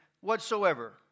whatsoever